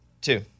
Two